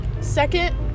second